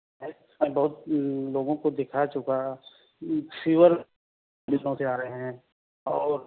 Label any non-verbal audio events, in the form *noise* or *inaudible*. میں بہت لوگوں کو دکھا چکا فیور *unintelligible* آ رہے ہیں اور